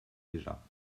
déjà